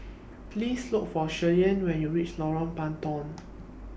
Please Look For Shirleyann when YOU REACH Lorong Puntong